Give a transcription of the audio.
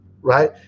Right